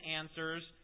answers